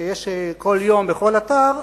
שיש כל יום בכל אתר,